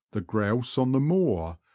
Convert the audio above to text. the grouse on the moor,